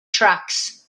tracks